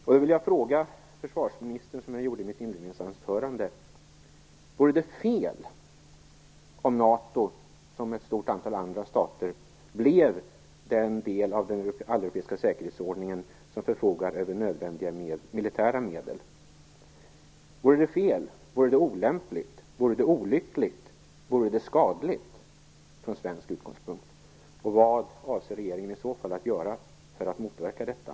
Jag vill fråga försvarsministern på samma sätt som jag gjorde i mitt inledningsanförande: Vore det fel om NATO, liksom ett stort antal andra stater, blev den del av den alleuropeiska säkerhetsordningen som förfogar över nödvändiga militära medel? Vore det fel, olämpligt, olyckligt eller skadligt från svensk utgångspunkt? Vad avser regeringen i så fall att göra för att motverka detta?